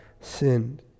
sinned